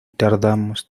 tardamos